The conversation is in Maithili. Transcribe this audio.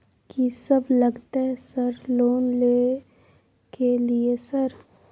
कि सब लगतै सर लोन ले के लिए सर?